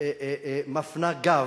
מפנה גב,